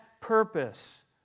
purpose